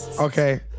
Okay